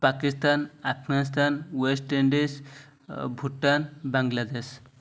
Pakistan Afghanistan West Indies Bhutan Bangladesh